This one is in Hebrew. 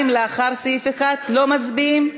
2 לאחרי סעיף 1. לא מצביעים?